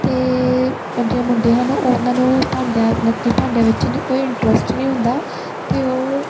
ਅਤੇ ਬਟ ਜੋ ਮੁੰਡੇ ਹਨ ਉਹਨਾਂ ਨੂੰ ਭਾਂਡਿਆ ਮਤਲਬ ਕਿ ਭਾਂਡਿਆਂ ਵਿੱਚ ਕੋਈ ਇੰਟਰਸਟ ਨਹੀਂ ਹੁੰਦਾ ਅਤੇ ਉਹ